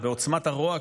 בעוצמת הרוע,